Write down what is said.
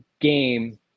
game